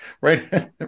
right